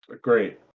Great